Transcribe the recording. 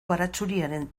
baratxuriaren